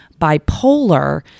bipolar